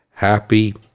happy